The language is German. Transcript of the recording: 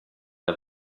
der